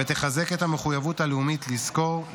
ותחזק את המחויבות הלאומית לזכור,